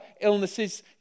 illnesses